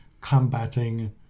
combating